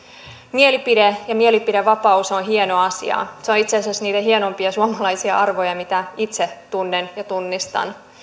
mielipide ja mielipiteenvapaus ovat hieno asia se on itse asiassa niitä hienoimpia suomalaisia arvoja mitä itse tunnen ja tunnistan